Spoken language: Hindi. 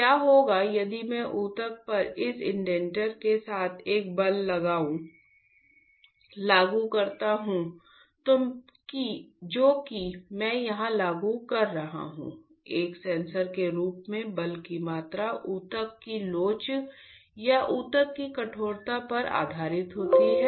क्या होगा यदि मैं ऊतक पर इस इंडेंटर के साथ एक बल लागू करता हूं जो कि मैं यहां लागू कर रहा हूं एक सेंसर के रूप में बल की मात्रा ऊतक की लोच या ऊतक की कठोरता पर आधारित होती है